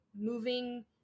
Moving